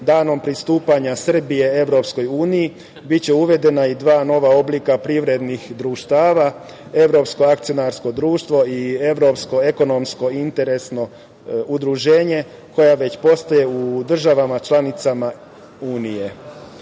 danom pristupanja Srbije EU i biće uvedena dva nova oblika privrednih društava, evropsko-akcionarsko društvo i evropsko-ekonomsko udruženje, koja postoje u državama članicama